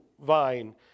vine